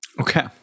Okay